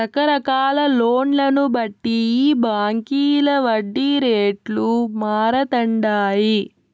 రకరకాల లోన్లను బట్టి ఈ బాంకీల వడ్డీ రేట్లు మారతండాయి